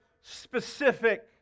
specific